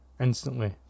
instantly